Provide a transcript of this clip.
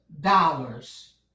dollars